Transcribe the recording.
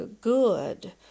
good